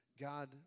God